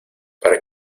para